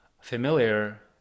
familiar